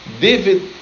David